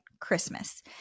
Christmas